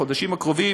החודשים הקרובים,